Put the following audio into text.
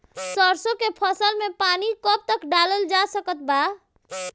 सरसों के फसल में पानी कब डालल जा सकत बा?